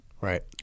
right